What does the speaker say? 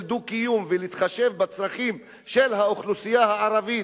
דו-קיום ולהתחשב בצרכים של האוכלוסייה הערבית,